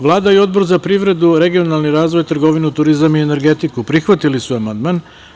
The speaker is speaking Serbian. Vlada i Odbor za privredu, regionalni razvoj, trgovinu, turizam i energetiku prihvatili su amandman.